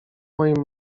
moim